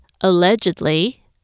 allegedly